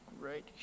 right